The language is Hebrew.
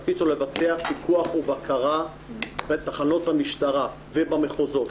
התפקיד שלו לבצע פיקוח ובקרה בתחנות המשטרה ובמחוזות.